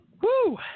Woo